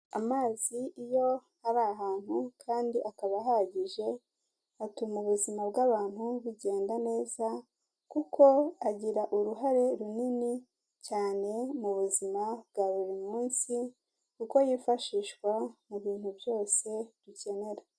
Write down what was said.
Amazi iyo ari ahantu, kandi akaba ahagije, atuma ubuzima bw'abantu bugenda neza, kuko agira uruhare runini cyane, mu buzima bwa buri munsi, kuko yifashishwa mu bintu byose, dukenera.